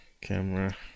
camera